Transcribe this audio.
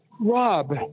Rob